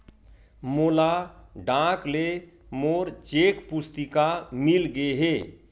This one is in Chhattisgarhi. मोला डाक ले मोर चेक पुस्तिका मिल गे हे